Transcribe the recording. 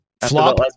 Flop